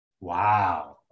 Wow